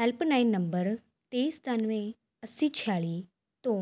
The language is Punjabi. ਹੈਲਪਲਾਈਨ ਨੰਬਰ ਤੇਈ ਸਤਾਨਵੇਂ ਅੱਸੀ ਛਿਆਲ਼ੀ ਤੋਂ